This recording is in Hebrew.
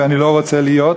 ואני לא רוצה להיות,